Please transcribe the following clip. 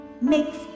makes